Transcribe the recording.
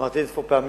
אמרתי אין-ספור פעמים.